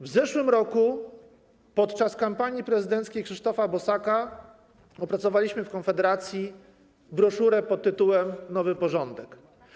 W zeszłym roku podczas kampanii prezydenckiej Krzysztofa Bosaka opracowaliśmy w Konfederacji broszurę pt. „Nowy porządek”